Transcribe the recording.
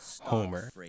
Homer